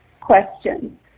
questions